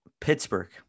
Pittsburgh